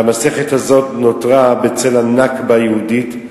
והמסכת הזאת נותרה בצל, ה"נכבה" היהודית.